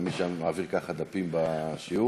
למי שהיה מעביר ככה דפים בשיעור?